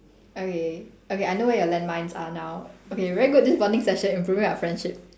okay okay I know where your landmines are now okay very good this bonding session improving our friendship